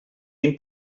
tenim